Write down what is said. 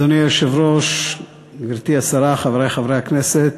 אדוני היושב-ראש, גברתי השרה, חברי חברי הכנסת,